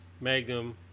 Magnum